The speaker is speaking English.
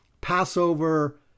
Passover